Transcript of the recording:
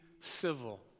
civil